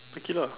take it lah